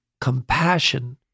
compassion